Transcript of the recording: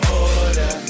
order